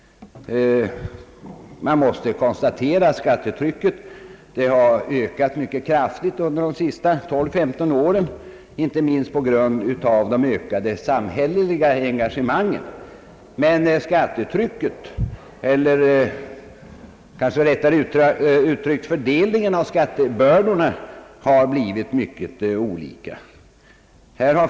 Man måste konstatera att skattetrycket har ökat mycket kraftigt under de senaste tolv eller femton åren, inte minst som följd av de vidgade samhälleliga engagemangen. Men fördelningen av skattebördorna har blivit mycket olika.